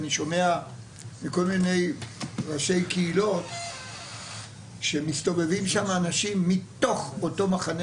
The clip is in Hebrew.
אני שומע מכל מיני ראשי קהילות שמסתובבים שם אנשים מתוך אותו מחנה